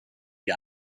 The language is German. die